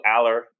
Aller